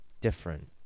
different